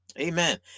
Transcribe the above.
amen